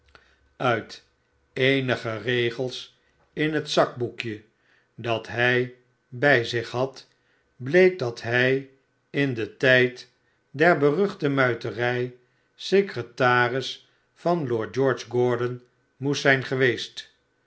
uit eenige regels in het zakboekje dat hijbij zich had bleek dat hij in den tijd der beruchte muiterij secretaris van lord george gordon moest zijn geweest